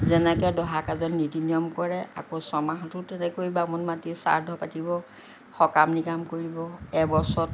যেনেকৈ দহা কাজত নীতি নিয়ম কৰে আকৌ ছমাহতো তেনেকৈ বামুণ মাতি শ্ৰাদ্ধ পাতিব সকাম নিকাম কৰিব এবছৰত